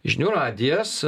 žinių radijas